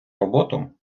роботу